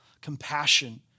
compassion